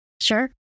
sure